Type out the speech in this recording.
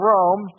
Rome